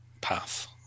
path